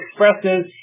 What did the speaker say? expresses